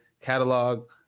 catalog